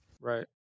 Right